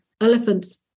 elephants